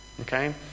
Okay